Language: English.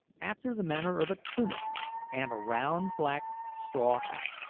after the manner of a tunic and a round black straw hat.